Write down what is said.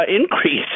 increase